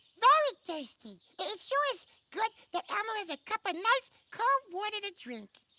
very thirsty. it sure is good that elmo has a cup of nice cold water to drink.